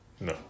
No